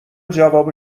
جواب